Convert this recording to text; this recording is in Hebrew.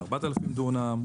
ל-4,000 דונם,